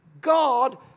God